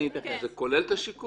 כולל את השיקום?